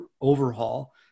overhaul